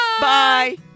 bye